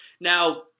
Now